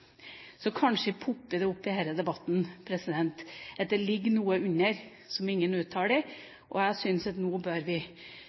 Så kanskje det popper opp i denne debatten at det ligger noe under som ingen uttaler.